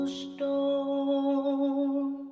stone